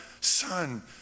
son